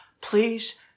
Please